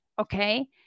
okay